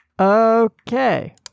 Okay